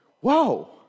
whoa